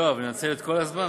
יואב, לנצל את כל הזמן?